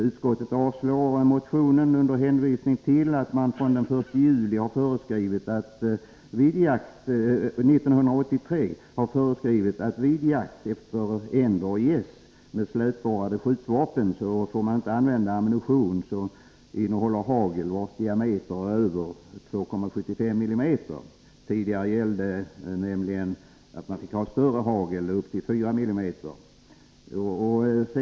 Utskottet avstyrker motionen under hänvisning till att det från den 1 juli 1983 föreskrivits att man vid jakt efter änder och gäss med slätborrade skjutvapen inte får använda ammunition innehållande hagel vars diameter är över 2,75 millimeter. Tidigare fick man använda större hagel, upp till 4 millimeter.